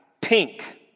pink